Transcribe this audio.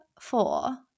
four